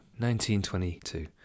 1922